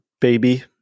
baby